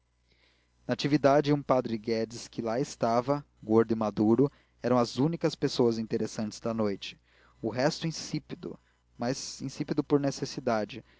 e um padre guedes que lá estava gordo e maduro eram as únicas pessoas interessantes da noite o resto insípido mas